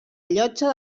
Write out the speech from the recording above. llotja